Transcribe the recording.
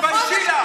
תתביישי לך.